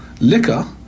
liquor